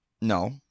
No